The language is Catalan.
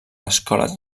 l’escola